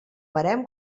barem